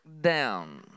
down